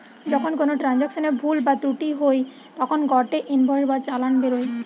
যখন কোনো ট্রান্সাকশনে ভুল বা ত্রুটি হই তখন গটে ইনভয়েস বা চালান বেরোয়